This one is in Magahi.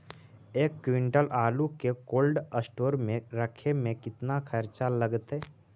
एक क्विंटल आलू के कोल्ड अस्टोर मे रखे मे केतना खरचा लगतइ?